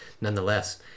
Nonetheless